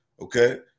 Okay